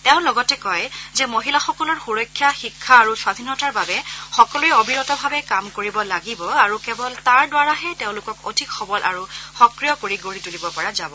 তেওঁ লগতে কয় যে মহিলাসকলৰ সূৰক্ষা শিক্ষা আৰু স্বাধীনতাৰ বাবে সকলোৱে অবিৰতভাৱে কাম কৰিব লাগিব আৰু কেৱল তাৰ বাবেহে তেওঁলোকক অধিক সৱল আৰু সক্ৰিয়া কৰি গঢ়ি তুলিব পৰা যাব